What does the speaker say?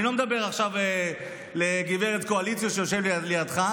אני לא מדבר עכשיו לגב' קואליציה שיושבת לידך,